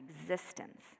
existence